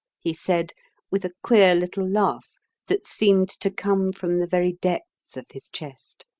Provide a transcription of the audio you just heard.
he said with a queer little laugh that seemed to come from the very depths of his chest.